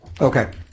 Okay